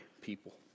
people